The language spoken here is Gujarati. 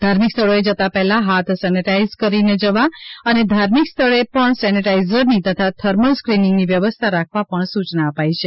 ધાર્મિક સ્થળોએ જતાં પહેલા હાથ સેનેટઈઝ કરીને જવા અને ધાર્મિક સ્થળે પણ સેનેટઇઝરની તથા થર્મલ સ્કીનીંગની વ્યવસ્થા રાખવા સૂચના અપાઈ છે